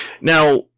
Now